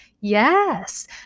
Yes